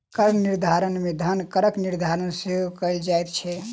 कर निर्धारण मे धन करक निर्धारण सेहो कयल जाइत छै